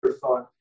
thought